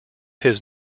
his